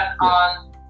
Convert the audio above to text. on